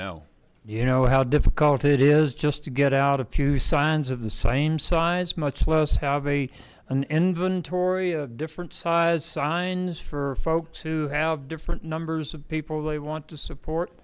know you know how difficult it is just to get out a few signs of the same size much less an inventory of different size signs for folks who have different numbers of people they want to support